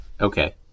Okay